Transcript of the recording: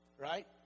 right